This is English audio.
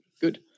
good